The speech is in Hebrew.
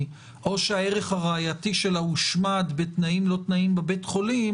או שהערך הראייתי שלה הושמד בתנאים לא תנאים בבית חולים,